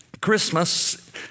Christmas